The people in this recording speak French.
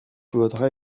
votera